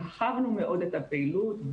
הרחבנו מאוד את הפעילות,